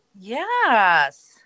Yes